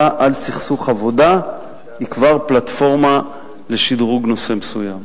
על סכסוך עבודה היא כבר פלטפורמה לשדרוג נושא מסוים.